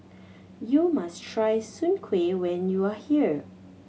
you must try Soon Kuih when you are here